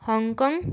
Hong Kong